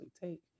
take